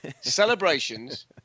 Celebrations